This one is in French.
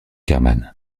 herman